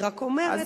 אני רק אומרת